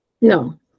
no